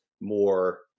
more